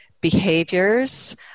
behaviors